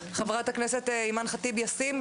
חברת הכנסת אימאן ח'טיב יאסין,